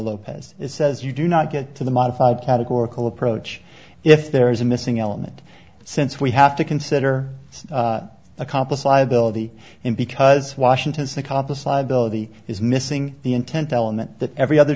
lopez says you do not get to the modified categorical approach if there is a missing element since we have to consider accomplice liability because washington accomplice liability is missing the intent element that every other